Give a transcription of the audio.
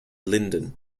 lyndon